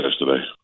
yesterday